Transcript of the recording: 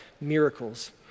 miracles